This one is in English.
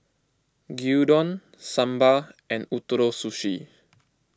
Gyudon Sambar and Ootoro Sushi